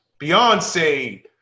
Beyonce